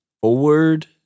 forward